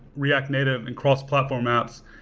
react native and cross-platform apps.